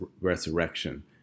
resurrection